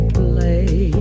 play